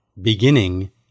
beginning